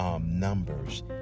numbers